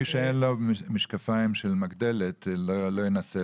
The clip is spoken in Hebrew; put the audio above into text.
מי שאין לו משקפיים של מגדלת לא ינסה לראות.